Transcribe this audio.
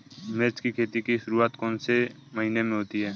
मिर्च की खेती की शुरूआत कौन से महीने में होती है?